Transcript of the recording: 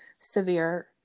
severe